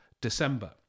December